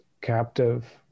captive